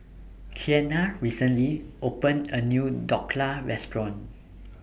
Kianna recently opened A New Dhokla Restaurant